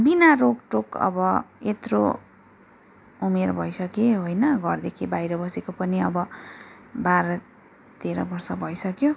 बिना रोकटोक अब यत्रो उमेर भइसकेँ होइन घरदेखि बाहिर बसेको पनि अब बाह्र तेह्र वर्ष भइसक्यो